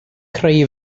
creu